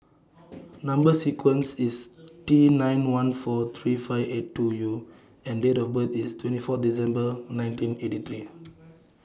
Number sequence IS T nine one four three five eight two U and Date of birth IS twenty four December nineteen eighty three